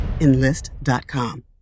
Enlist.com